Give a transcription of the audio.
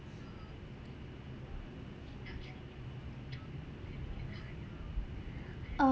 err